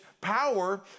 power